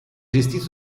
gestito